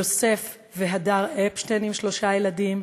יוסף והדר אפשטיין עם שלושה ילדים,